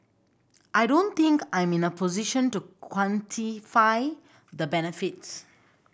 I don't think I'm in a position to quantify the benefits